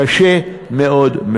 קשה מאוד.